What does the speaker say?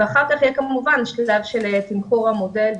ואחר כך יהיה כמובן שלב של תמחור המודל.